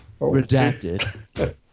Redacted